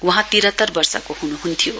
वहाँ तिरातर वर्षको हुनुहुन्थ्यो